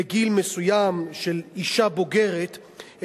לגיל מסוים של אשה בוגרת,